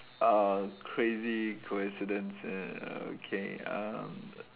uh crazy coincidence err okay uh